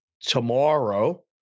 Tomorrow